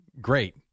Great